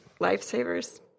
Lifesavers